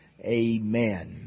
Amen